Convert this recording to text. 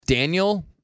Daniel